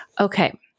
Okay